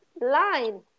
line